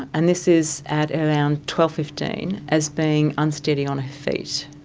and this is at around twelve fifteen, as being unsteady on her feet.